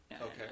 Okay